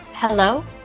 Hello